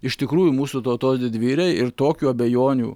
iš tikrųjų mūsų tautos didvyriai ir tokių abejonių